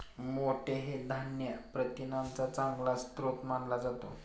मोठ हे धान्य प्रथिनांचा चांगला स्रोत मानला जातो